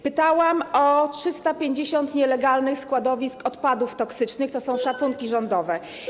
Pytałam o 350 nielegalnych składowisk odpadów toksycznych, to są szacunki rządowe.